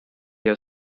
have